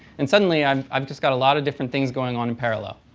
and suddenly i've i've just got a lot of different things going on in parallel.